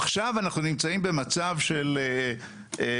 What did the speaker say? עכשיו אנחנו נמצאים במצב של אדריכלים.